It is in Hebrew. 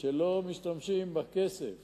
שלא משתמשים בכסף